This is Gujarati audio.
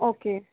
ઓકે